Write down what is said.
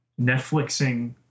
Netflixing